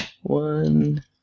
One